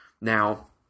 Now